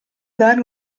dare